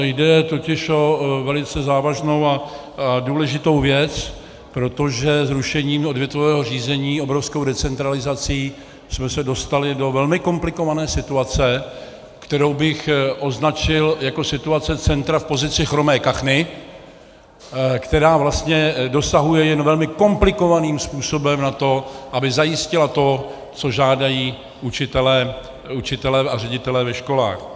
Jde totiž o velice závažnou a důležitou věc, protože zrušením odvětvového řízení, obrovskou decentralizací jsme se dostali do velmi komplikované situace, kterou bych označil jako situace centra v pozici chromé kachny, která vlastně dosahuje jen velmi komplikovaným způsobem na to, aby zajistila to, co žádají učitelé a ředitelé ve školách.